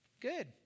Good